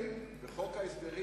וחוק ההסדרים